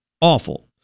Awful